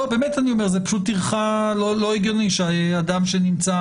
באמת אני אומר זה פשוט טרחה לא הגיוני שאדם שנמצא